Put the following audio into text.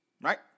Right